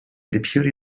deputy